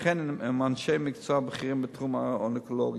וכן עם אנשי מקצוע בכירים בתחום האונקולוגי.